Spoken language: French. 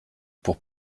pour